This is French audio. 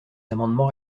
amendements